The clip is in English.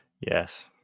yes